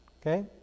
Okay